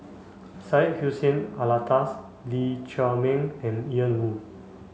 Syed Hussein Alatas Lee Chiaw Meng and Ian Woo